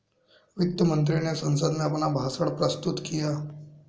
वित्त मंत्री ने संसद में अपना भाषण प्रस्तुत किया